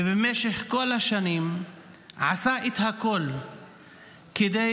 ובמשך כל השנים עשה את הכול כדי,